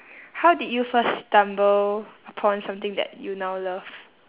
how did you first stumble upon something that you now love